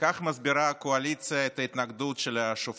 כך מסבירה הקואליציה את ההתנגדות של השופטים,